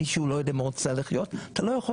מישהו לא יודע אם הוא רוצה לחיות אתה לא יכול